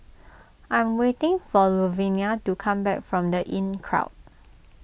I'm waiting for Luvenia to come back from the Inncrowd